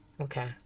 Okay